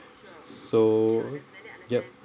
so yup